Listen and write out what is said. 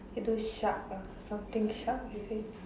it was shark ah something shark is it